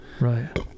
Right